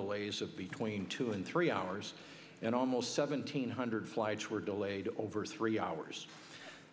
delays of between two and three hours and almost seventeen hundred flights were delayed over three hours